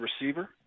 receiver